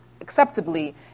acceptably